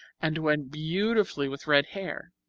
and went beautifully with red hair.